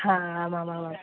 ह्म् आम् आम् आम् आम्